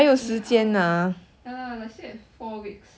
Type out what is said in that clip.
see how ya lah like still have four weeks